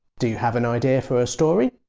do you have an idea for a story?